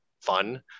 fun